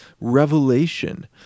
revelation